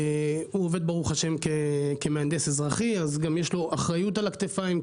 והוא עובד כמהנדס אזרחי אז גם יש לו אחריות על הכתפיים,